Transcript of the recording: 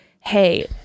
hey